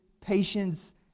patience